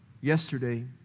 yesterday